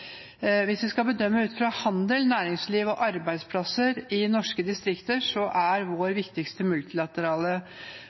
Hvis vi skal bedømme ut fra handel, næringsliv og arbeidsplasser i norske distrikter, er vår